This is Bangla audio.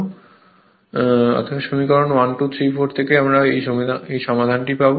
অতএব 1 2 3 4 সমীকরণ থেকে আমরা এই সমাধানটি পাবো